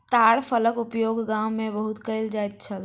ताड़ फलक उपयोग गाम में बहुत कयल जाइत छल